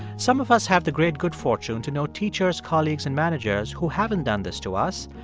some of us have the great good fortune to know teachers, colleagues and managers who haven't done this to us.